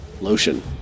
lotion